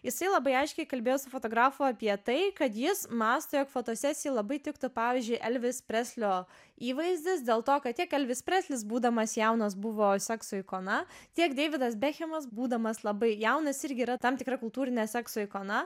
jisai labai aiškiai kalbėjo su fotografu apie tai kad jis mąsto jog fotosesijai labai tiktų pavyzdžiui elvis preslio įvaizdis dėl to kad tiek elvis preslis būdamas jaunas buvo sekso ikona tiek deividas bekhemas būdamas labai jaunas irgi yra tam tikra kultūrine sekso ikona